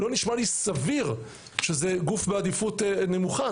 לא נשמע לי סביר שזה גוף בעדיפות נמוכה.